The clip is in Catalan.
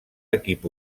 equip